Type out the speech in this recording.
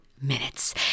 Minutes